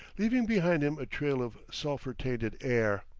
leaving behind him a trail of sulphur-tainted air.